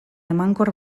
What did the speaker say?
emankor